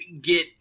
get